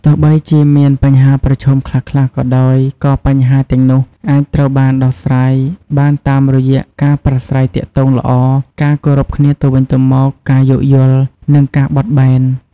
ទោះបីជាមានបញ្ហាប្រឈមខ្លះៗក៏ដោយ ក៏បញ្ហាទាំងនោះអាចត្រូវបានដោះស្រាយបានតាមរយៈការប្រាស្រ័យទាក់ទងល្អ ការគោរពគ្នាទៅវិញទៅមក ការយោគយល់ និងការបត់បែន។